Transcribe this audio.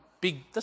big